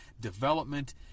development